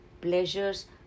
pleasures